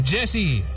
Jesse